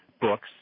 books